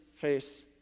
face